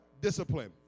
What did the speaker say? Discipline